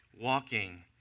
walking